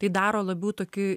tai daro labiau tokį